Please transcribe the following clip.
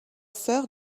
sœur